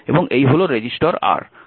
এবং এই হল রেজিস্টার R